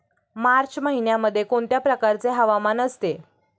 मार्च महिन्यामध्ये कोणत्या प्रकारचे हवामान असते?